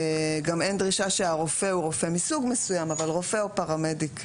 גם אין דרישה לרופא מסוג מסוים אבל רופא או פרמדיק,